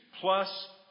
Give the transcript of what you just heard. plus